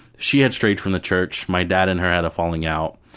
she had strayed from the church, my dad and her had a falling out.